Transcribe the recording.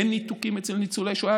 אין ניתוקים אצל ניצולי שואה,